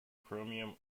chromium